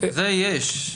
לזה יש.